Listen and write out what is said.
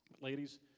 Ladies